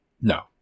No